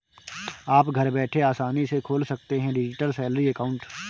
आप घर बैठे आसानी से खोल सकते हैं डिजिटल सैलरी अकाउंट